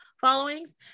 followings